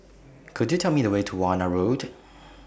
Could YOU Tell Me The Way to Warna Road